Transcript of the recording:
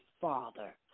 father